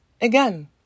again